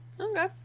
okay